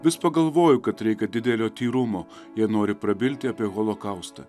vis pagalvoju kad reikia didelio tyrumo jie nori prabilti apie holokaustą